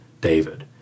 David